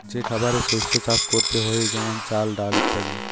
যে খাবারের শস্য চাষ করতে হয়ে যেমন চাল, ডাল ইত্যাদি